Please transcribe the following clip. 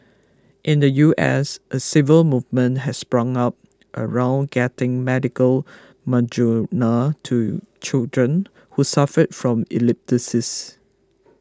in the U S a civil movement has sprung up around getting medical Marijuana to children who suffer from epilepsy